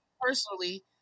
personally